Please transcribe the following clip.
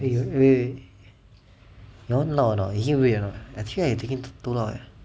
wait wait wait that one loud or not is it red or not I think right you're talking too loud loud eh